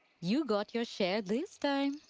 you got your share this time.